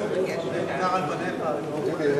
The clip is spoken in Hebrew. ראית שחיכיתי בסבלנות רבה.